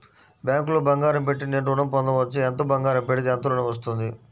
బ్యాంక్లో బంగారం పెట్టి నేను ఋణం పొందవచ్చా? ఎంత బంగారం పెడితే ఎంత ఋణం వస్తుంది?